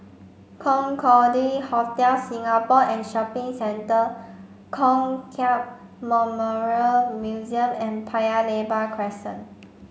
Concorde Hotel Singapore and Shopping Centre Kong Hiap Memorial Museum and Paya Lebar Crescent